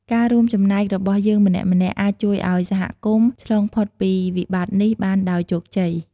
ការរួមចំណែករបស់យើងម្នាក់ៗ អាចជួយឱ្យសហគមន៍ឆ្លងផុតពីវិបត្តិនេះបានដោយជោគជ័យ។